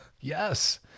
Yes